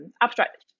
abstract